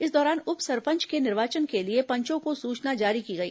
इस दौरान उप सरपंच के निर्वाचन के लिए पंचों को सूचना जारी की गई